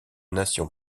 nation